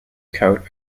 coat